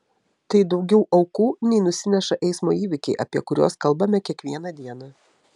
tai daugiau aukų nei nusineša eismo įvykiai apie kuriuos kalbame kiekvieną dieną